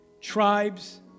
tribes